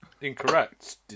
Incorrect